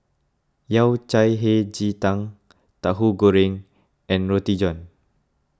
Yao Cai Hei Ji Tang Tahu Goreng and Roti John